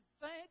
thank